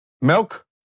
milk